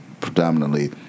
predominantly